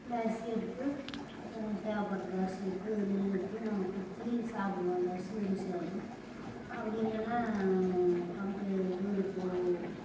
அந்த அரிசி எடுத்து எங்களுக்கு தேவைப்பட்டத அரிசி எடுத்து நெல் எடுத்து நாங்கள் குத்தி சாப்பிடுவோம் அந்த அரிசியே ருசியாக இருக்கும் அப்படி இல்லைன்னா கமிட்டி இதுவில போ